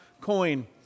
coin